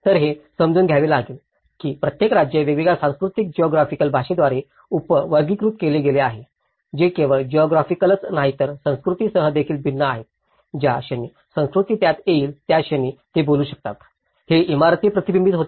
तर हे समजून घ्यावे लागेल की प्रत्येक राज्य वेगवेगळ्या सांस्कृतिक जिऑग्राफिकल भाषेद्वारे उप वर्गीकृत केले गेले आहे जे केवळ जिऑग्राफिकलच नाही तर संस्कृतींसह ते देखील भिन्न आहेत ज्या क्षणी संस्कृती त्यात येईल त्या क्षणी ते बोलू शकतात हे इमारतीत प्रतिबिंबित होते